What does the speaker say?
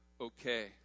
okay